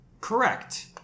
Correct